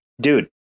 dude